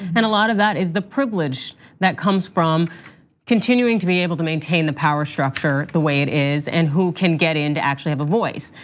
and a lot of that is the privilege that comes from continuing to be able to maintain the power structure the way it is, and who can get in to actually have a voice.